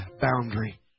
boundary